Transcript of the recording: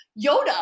Yoda